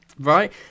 right